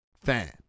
fan